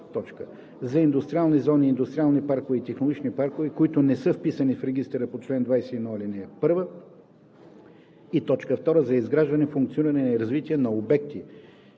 за индустриални зони, индустриални паркове и технологични паркове, които не са вписани в регистъра по чл. 21, ал. 1; 2. за изграждане, функциониране и развитие на обекти